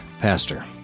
pastor